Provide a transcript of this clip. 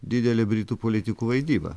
didelė britų politikų vaidyba